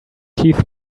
keith